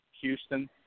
Houston